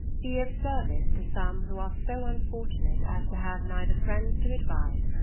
be of service to some who are so unfortunate as to have neither friends to advise,